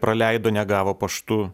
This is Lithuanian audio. praleido negavo paštu